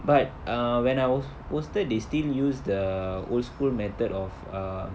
but uh when I was posted they still use the old school method of err